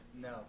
No